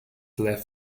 left